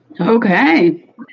Okay